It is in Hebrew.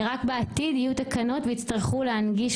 ורק בעתיד יהיו תקנות ויצטרכו להנגיש